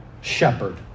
shepherd